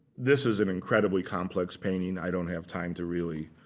this is an incredibly complex painting. i don't have time to really